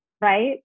right